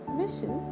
mission